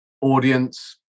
Audience